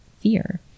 fear